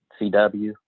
CW